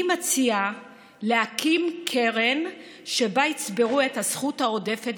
אני מציעה להקים קרן שבה יצברו את הזכות העודפת